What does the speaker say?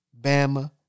Bama